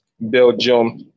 Belgium